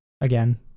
again